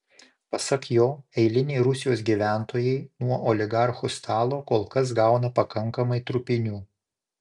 pasak jo eiliniai rusijos gyventojai nuo oligarchų stalo kol kas gauna pakankamai trupinių